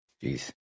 Jeez